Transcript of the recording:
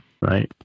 Right